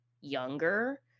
younger